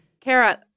Kara